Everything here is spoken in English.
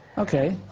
ok.